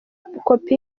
kopi